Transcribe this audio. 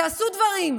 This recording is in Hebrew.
ותעשו דברים,